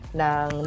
ng